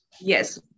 Yes